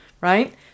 right